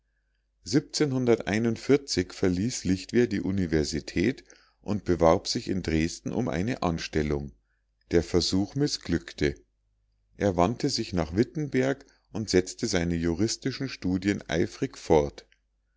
verließ lichtwer die universität und bewarb sich in dresden um eine anstellung der versuch mißglückte er wandte sich nach wittenberg und setzte seine juristischen studien eifrig fort